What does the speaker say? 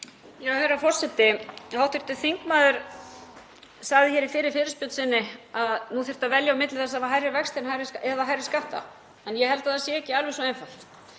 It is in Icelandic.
Herra forseti. Hv. þingmaður sagði hér í fyrri fyrirspurn sinni að nú þyrfti að velja á milli þess að hafa hærri vexti eða hærri skatta, en ég held að það sé ekki alveg svo einfalt.